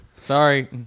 sorry